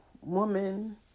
woman